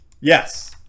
Yes